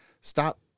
stop